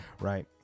right